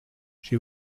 she